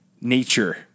nature